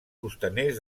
costaners